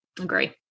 Agree